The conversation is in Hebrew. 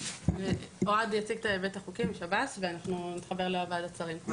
אוהד יציג את ההיבט החוקי בשב"ס ואנחנו נתחבר לוועדת שרים.